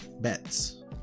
Bets